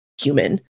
human